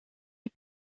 est